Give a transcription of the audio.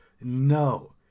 No